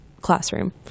classroom